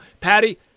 Patty